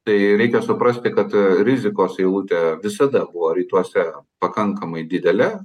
tai reikia suprasti kad rizikos eilutė visada buvo rytuose pakankamai didelė